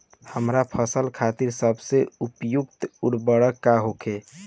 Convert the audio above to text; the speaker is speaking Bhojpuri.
हमार फसल खातिर सबसे उपयुक्त उर्वरक का होई?